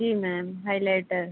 ji ma'am highlighter